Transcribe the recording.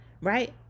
right